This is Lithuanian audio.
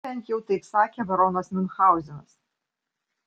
bent jau taip sakė baronas miunchauzenas